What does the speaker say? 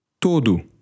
todo